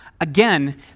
Again